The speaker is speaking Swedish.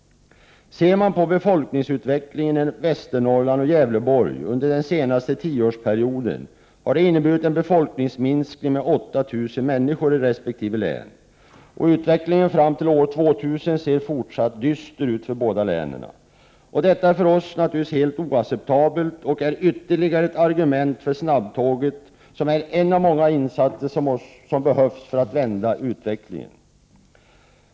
Befolkningsutvecklingen i Västernorrlands och Gävleborgs under den senaste tioårsperioden har inneburit en befolkningsminskning med 8 000 människor i respektive län. Utvecklingen fram till år 2000 ser fortsatt dyster ut för båda länen. Detta är för oss naturligtvis oacceptabelt och är ytterligare ett argument för snabbtåget, som är en av många insatser som behövs för att ändra utvecklingen.